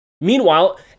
Meanwhile